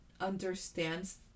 understands